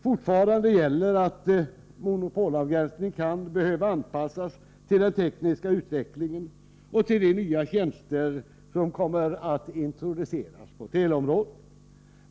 Fortfarande gäller att monopolavgränsningen kan behöva anpassas till den tekniska utvecklingen och till de nya tjänster som kommer att introduceras på teleområdet.